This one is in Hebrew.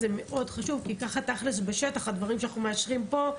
זה מאוד חשוב כי ככה תכל'ס בשטח הדברים שאנחנו מאשרים פה,